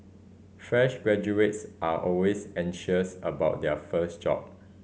fresh graduates are always anxious about their first job